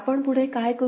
आपण पुढे काय करू